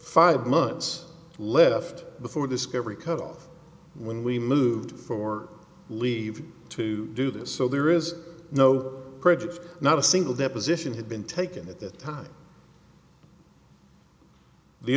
five months left before discovery cut off when we moved for leave to do this so there is no prejudice not a single deposition had been taken at that time the